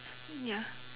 ya